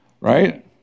right